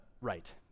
right